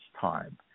time